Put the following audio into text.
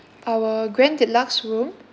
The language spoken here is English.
our grand deluxe room